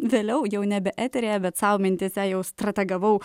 vėliau jau nebe eteryje bet sau mintyse jau strategavau